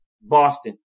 Boston